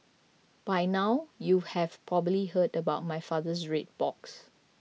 by now you have probably heard about my father's red box